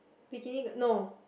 bikini gir~ no